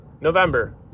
November